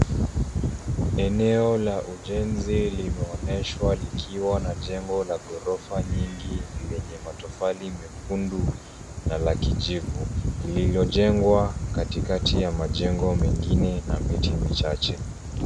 Eneo la ujenzi limeoneshwa likiwa na jengo la ghorofa nyingi lenye matofalli mekundu na la kijivu lililojengwa katikati ya majengo mengine na miti michache.